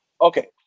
Okay